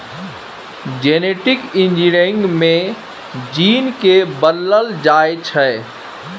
genetic engineering मे gene केँ बदलल जाइ छै